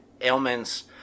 ailments